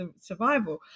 survival